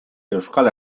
euskal